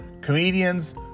comedians